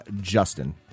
Justin